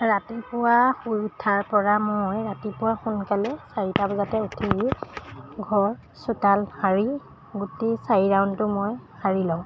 ৰাতিপুৱা শুই উঠাৰপৰা মই ৰাতিপুৱা সোনকালে চাৰিটা বজাতে উঠি ঘৰ চোতাল সাৰি গোটেই চাৰি ৰাউণ্ডটো মই সাৰি লওঁ